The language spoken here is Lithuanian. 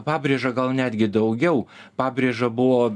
pabrėža gal netgi daugiau pabrėža buvo